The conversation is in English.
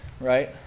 right